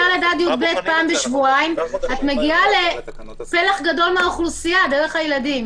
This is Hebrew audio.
בצורה כזו את מגיעה לפלח גדול מהאוכלוסייה דרך הילדים.